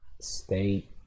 State